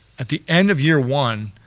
at the end of year one,